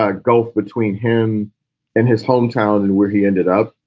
ah gulf between him and his hometown and where he ended up.